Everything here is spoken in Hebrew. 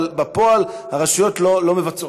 אבל בפועל הרשויות לא מבצעות.